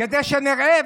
כדי שנראה,